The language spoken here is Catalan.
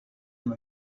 amb